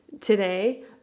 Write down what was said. today